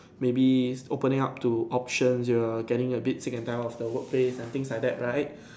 maybe opening up to options you're getting a bit sick and tired of the workplace and things like that right